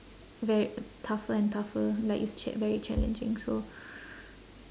very tougher and tougher like it's ch~ very challenging so